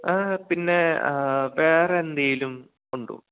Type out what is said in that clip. പിന്നെ വേറെയെന്തെങ്കിലുമുണ്ടോ